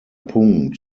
punkt